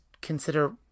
consider